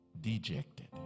dejected